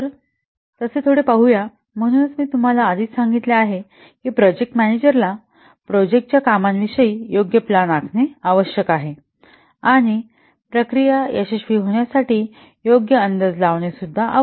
तर तसे थोडे पाहू या म्हणूनच मी तुम्हाला आधीच सांगितले आहे की प्रोजेक्ट मॅनेजरला प्रोजेक्टच्या कामकाजाविषयी योग्य प्लान आखणे आवश्यक आहे आणि प्रक्रिया यशस्वी होण्यासाठी योग्य अंदाज लावावा